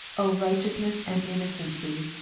o righteousness and innocency,